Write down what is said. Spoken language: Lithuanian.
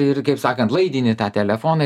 ir kaip sakant laidinį tą telefoną